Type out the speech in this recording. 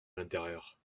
l’intérieur